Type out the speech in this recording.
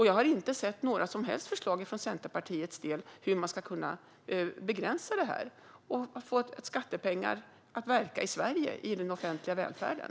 Jag har inte sett några som helst förslag från Centerpartiet på hur man ska kunna begränsa det och få skattepengar att verka i Sverige i den offentliga välfärden.